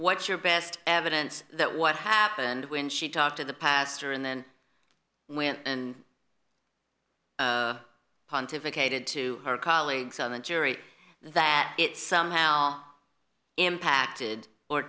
t's your best evidence that what happened when she talked to the pastor and then went and pontificated to her colleagues on the jury that it somehow impacted or